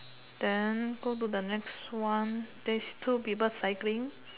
then go to the next one there's two people cycling